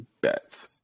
Bet